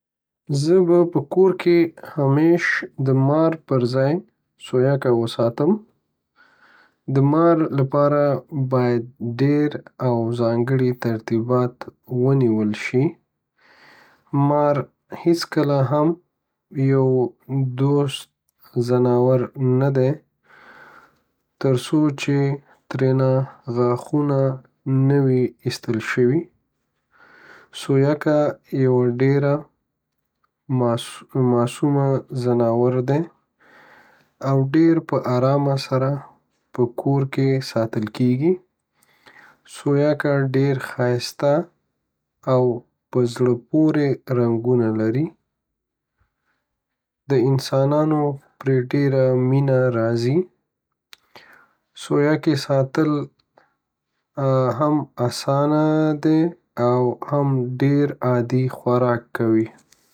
زه به په کور کیی همیش د مار پر ځای سویکه وساتم، د مار لپاره باید ډیر او ځانګړی ترتیبات ونیول شی، مار هیځکله هم دوست ځناور ندی ترسو چی ترینه غتښونه نه وی ایستلی. سویکه ډیره یوه معصومه ځناور دی او ډیر په آرامه سره په کور میی ساتل کیږی، سویکه ډیر خایسته او په زړه پوری رنګونه لری او د انسانانو پری ډیره مینه راځی، د سویکی ساتل هم آسانه دی او هم دی عادی خوراک کوی